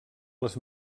les